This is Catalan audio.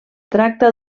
tracta